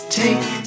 take